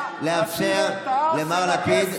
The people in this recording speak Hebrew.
אמסלם.